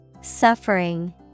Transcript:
Suffering